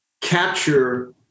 capture